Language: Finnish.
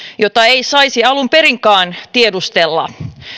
jota ei saisi alun perinkään tiedustella